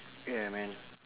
yeah man